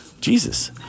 Jesus